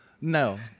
No